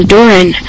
Doran